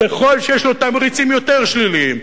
ככל שיש לו תמריצים יותר שליליים,